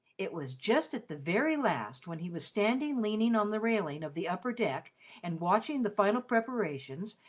it was just at the very last, when he was standing leaning on the railing of the upper deck and watching the final preparations,